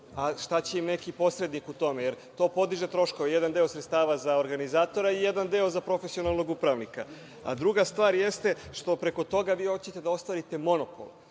šta će im neki posrednik u tome? To podiže troškove. Jedan deo sredstava za organizatora i jedan deo za profesionalnog upravnika. Druga stvar jeste, što preko toga vi hoćete da ostvarite monopol,